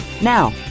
Now